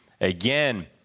Again